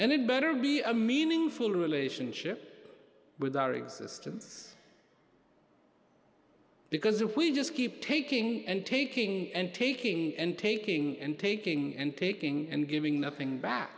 it better be a meaningful relationship with our existence because if we just keep taking and taking and taking and taking and taking and taking and giving nothing back